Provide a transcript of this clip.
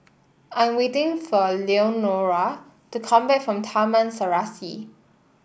I'm waiting for Leonore to come back from Taman Serasi